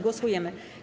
Głosujemy.